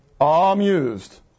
Amused